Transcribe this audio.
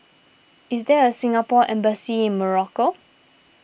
is there a Singapore Embassy in Morocco